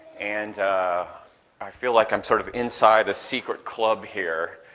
and i feel like i'm sort of inside a secret club here,